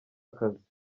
akazi